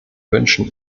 wünschen